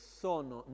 sono